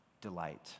delight